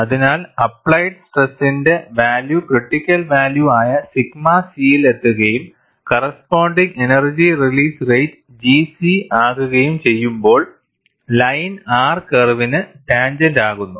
അതിനാൽ അപ്പ്ലൈഡ് സ്ട്രെസ്സിന്റെ value critical value ആയ സിഗ്മ C യിലെത്തുകയും corresponding energy release rate G c ആകുകയും ചെയ്യുമ്പോൾ ലൈൻ R കർവിന് ടാൻജെന്റ് ആകുന്നു